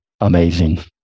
amazing